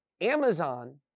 Amazon